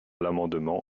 l’amendement